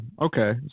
Okay